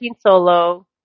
solo